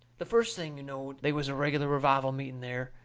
the first thing you knowed they was a reg'lar revival meeting there,